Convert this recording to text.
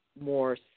more